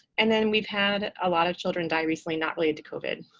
and then we've had a lot of children die recently not related to covid.